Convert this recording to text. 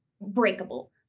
breakable